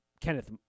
Kenneth